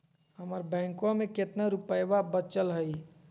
हमर बैंकवा में कितना रूपयवा बचल हई?